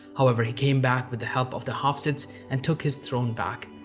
however, he came back with the help of the hafsids and took his throne back.